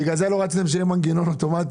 בגלל זה לא רציתם שיהיה מנגנון אוטומטי.